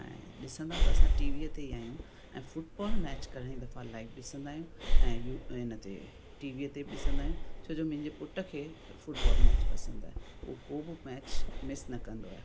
ऐं ॾिसंदा त असां टीवीअ ते ई आहियूं ऐं फुटबॉल मैच कॾहिं दफ़ा लाइव ॾिसंदा आहियूं ऐं इहो इन ते टीवीअ ते बि ॾिसंदा आहियूं छोजो मुंहिंजे पुट खे फुटबॉल मैच पसंदि आहे उहो को बि मैच मिस न कंदो आहे